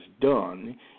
done